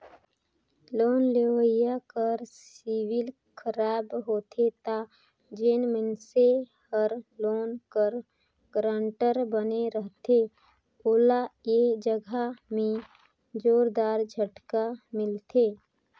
loan लेवइया कर civil खराब होथे ता जेन मइनसे हर लोन कर गारंटर बने रहथे ओला ए जगहा में जोरदार झटका मिलथे